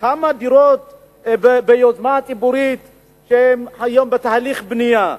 כמה דירות ביוזמה הציבורית שהן היום בתהליך בנייה,